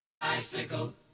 Bicycle